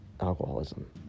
alcoholism